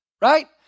right